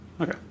Okay